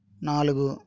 నాలుగు